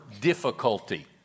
difficulty